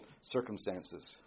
circumstances